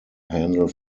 handle